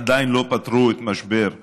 עדיין לא פתרו את משבר הדיור.